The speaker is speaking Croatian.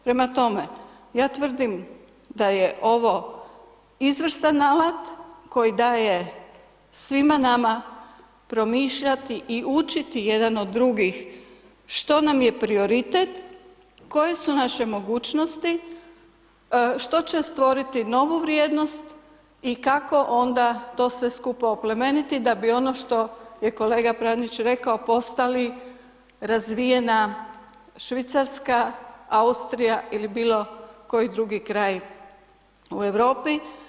Prema tome, ja tvrdim da je ovo izvrstan alat koji daje svima nama promišljati i učiti jedan od drugih što nam je prioritet, koje su naše mogućnosti, što će stvoriti novu vrijednost i kako onda to sve skupa oplemeniti da bi ono što je kolega Pranić rekao, postali razvijena Švicarska, Austrija ili bilo koji drugi kraj u Europi.